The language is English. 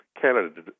Canada